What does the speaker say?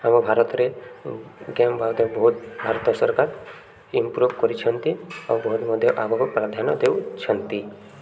ଆମ ଭାରତରେ ଗେମ୍ ଭାରତ ସରକାର ଇମ୍ପ୍ରୁଭ୍ କରିଛନ୍ତି ଆଉ ବହୁତ ମଧ୍ୟ ଆଗକୁ ପ୍ରାଧାନ୍ୟ ଦେଉଛନ୍ତି